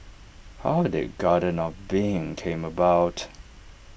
how did garden of being came about